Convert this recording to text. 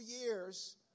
years